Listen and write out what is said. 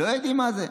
לא יודעים מה זה.